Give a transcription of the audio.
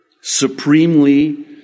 supremely